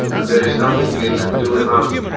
and there is nothing you can do about it.